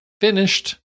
finished